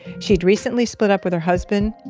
she'd recently split up with her husband.